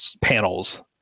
panels